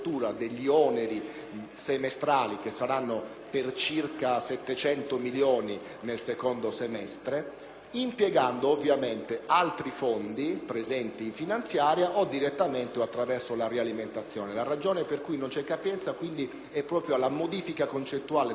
semestrali, che saranno pari a circa 700 milioni nel secondo semestre, impiegando ovviamente altri fondi presenti in finanziaria, o direttamente o attraverso una nuova alimentazione. La ragione per cui non c'è capienza deriva quindi proprio dalla modifica concettuale delle spese che vengono